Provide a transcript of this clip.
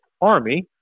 army